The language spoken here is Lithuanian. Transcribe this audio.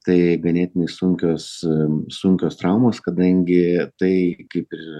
tai ganėtinai sunkios sunkios traumos kadangi tai kaip ir